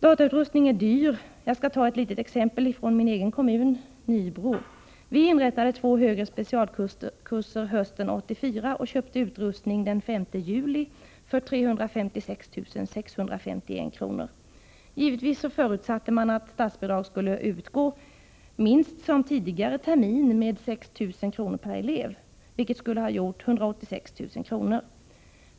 Datautrustning är dyr. Jag skall ta ett litet exempel från min egen kommun, Nybro. Vi inrättade hösten 1984 två högre specialkurser och köpte den 5 juli utrustning för 356 651 kr. Givetvis förutsatte vi att statsbidrag skulle utgå, åtminstone som tidigare termin med 6 000 kr. per elev, vilket skulle ha gjort 186 000 kr.